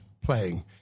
playing